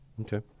Okay